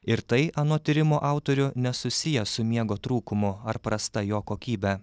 ir tai anot tyrimo autorių nesusiję su miego trūkumu ar prasta jo kokybę